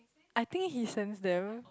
I think he sense Daryl